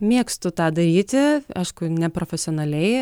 mėgstu tą daryti aišku neprofesionaliai